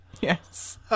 Yes